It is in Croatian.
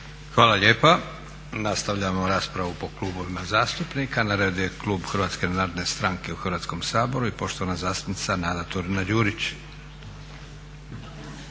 Hvala lijepa. Nastavljamo raspravu po klubovima zastupnika. Na redu je klub Hrvatske narodne stranke u Hrvatskom saboru i poštovana zastupnica Nada Turina Đurić.